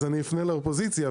אז אפנה לאופוזיציה,